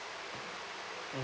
mm